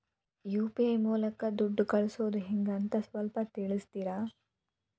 UPI ಮೂಲಕ ದುಡ್ಡು ಕಳಿಸೋದ ಹೆಂಗ್ ಅಂತ ಸ್ವಲ್ಪ ತಿಳಿಸ್ತೇರ?